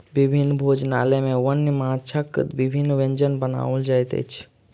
विभिन्न भोजनालय में वन्य माँछक विभिन्न व्यंजन बनाओल जाइत अछि